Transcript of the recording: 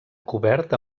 cobert